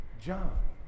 John